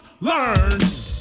learn